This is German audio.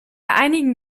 einigen